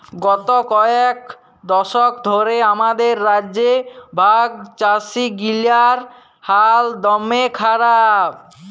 গত কয়েক দশক ধ্যরে আমাদের রাজ্যে ভাগচাষীগিলার হাল দম্যে খারাপ